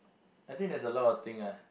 I think there's a lot of thing ah